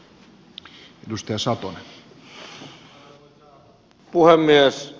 arvoisa puhemies